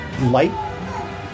light